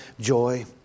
joy